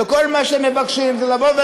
כל מה שהם מבקשים לומר: